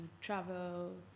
travel